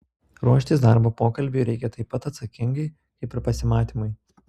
ruoštis darbo pokalbiui reikia taip pat atsakingai kaip ir pasimatymui